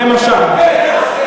למשל.